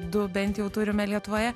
du bent jau turime lietuvoje